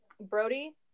Brody